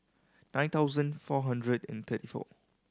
nine thousand four hundred and thirty four